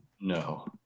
No